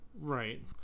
Right